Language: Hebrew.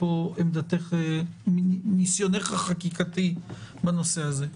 עמדתך וניסיונך החקיקתי בנושא הזה.